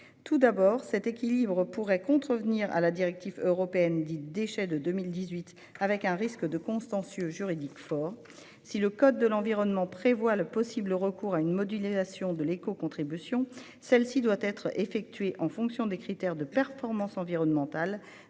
Tout d'abord, cet équilibre pourrait contrevenir à la directive européenne sur les déchets de 2018, ce qui entraînerait un risque important de contentieux juridique. Si le code de l'environnement prévoit le possible recours à une modulation de l'écocontribution, celle-ci doit être effectuée « en fonction de critères de performance environnementale